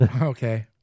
Okay